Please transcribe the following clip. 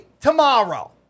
tomorrow